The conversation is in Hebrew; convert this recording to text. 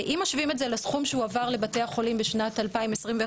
אם משווים את זה לסכום שהועבר לבתי החולים בשנת 2021,